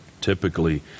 Typically